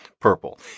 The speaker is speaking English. purple